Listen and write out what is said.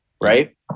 right